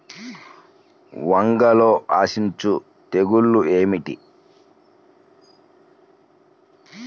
వంగలో ఆశించు తెగులు ఏమిటి?